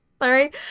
Sorry